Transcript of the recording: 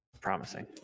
promising